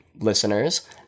listeners